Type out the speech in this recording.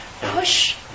Push